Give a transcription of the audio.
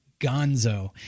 gonzo